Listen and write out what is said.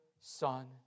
Son